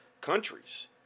countries